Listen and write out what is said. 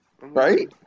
Right